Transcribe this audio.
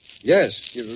Yes